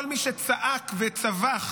כל מי שצעק וצווח